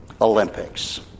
Olympics